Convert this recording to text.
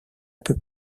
peu